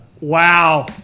Wow